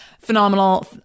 phenomenal